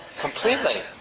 completely